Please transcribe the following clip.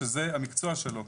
שזה המקצוע שלו.